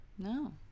No